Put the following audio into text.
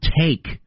take